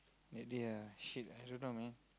that day ah shit I don't know man